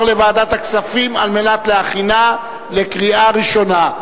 לוועדת הכספים על מנת להכינה לקריאה ראשונה.